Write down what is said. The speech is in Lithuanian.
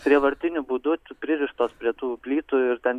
prievartiniu būdu pririštos prie tų plytų ir ten